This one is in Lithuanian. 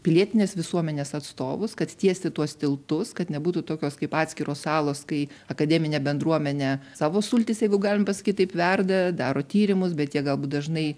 pilietinės visuomenės atstovus kad tiesti tuos tiltus kad nebūtų tokios kaip atskiros salos kai akademinė bendruomenė savo sultyse jeigu galim pasakyt taip verda daro tyrimus bet jie galbūt dažnai